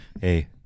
Hey